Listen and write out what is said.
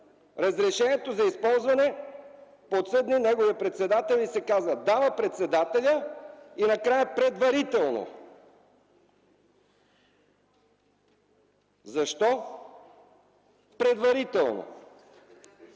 разрешението за използване... подсъдни... неговия председател... и се казва – двама председатели, и накрая „предварително”. Защо предварително?